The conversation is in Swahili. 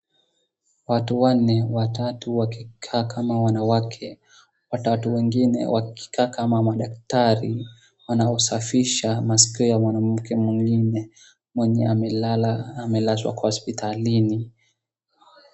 Watu wanne watatu wakikaa kama wanawake, watatu wengine wakikaa kama madaktari wanao safisha maskio ya mwanamke mwingine mwenye amelala, amelazwa kwenye hospitalini.